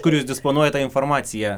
kur jūs disponuojat ta informacija